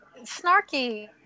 Snarky